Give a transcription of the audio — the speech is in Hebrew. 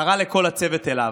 קרא לכל הצוות אליו,